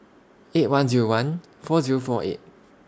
eight one Zero one four Zero four eight